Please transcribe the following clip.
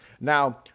now